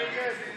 מי נגד ההסתייגות?